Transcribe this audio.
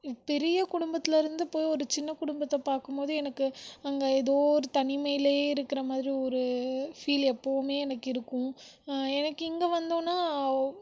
பெரிய குடும்பத்திலருந்து போய் ஒரு சின்ன குடும்பத்தை பார்க்கும்போது எனக்கு அங்கே ஏதோ ஒரு தனிமையிலேயே இருக்கிற மாதிரி ஒரு ஃபீல் எப்பவுமே எனக்கு இருக்கும் எனக்கு இங்கே வந்தோம்ன்னா